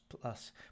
plus